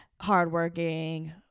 hardworking